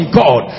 god